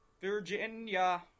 Virginia